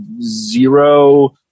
zero